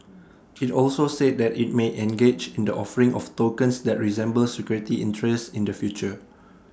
IT also said that IT may engage in the offering of tokens that resemble security interests in the future